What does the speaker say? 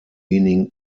meaning